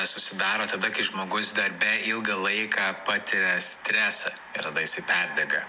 susidaro tada kai žmogus darbe ilgą laiką patiria stresą ir tada jisai perdega